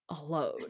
alone